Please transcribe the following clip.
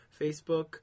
Facebook